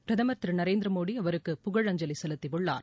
பிரதமர் திரு நரேந்திரமோடி அவருக்கு புகழஞ்சலி செலுத்தியுள்ளார்